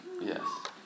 yes